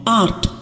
art